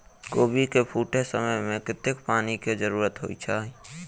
कोबी केँ फूटे समय मे कतेक पानि केँ जरूरत होइ छै?